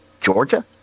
Georgia